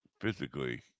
physically